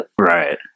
right